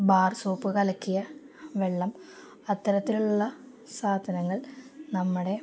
bar soap കലക്കിയ വെള്ളം അത്തരത്തിലുള്ള സാധനങ്ങൾ നമ്മുടെ